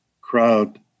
crowd